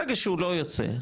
ברגע שהוא לא יוצא,